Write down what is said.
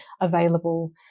available